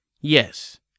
Yes